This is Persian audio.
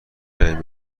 رویم